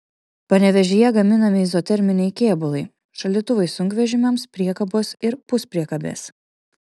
panevėžyje gaminami izoterminiai kėbulai šaldytuvai sunkvežimiams priekabos ir puspriekabės